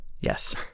Yes